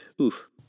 oof